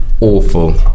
Awful